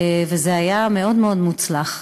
וזה היה מאוד מאוד מוצלח.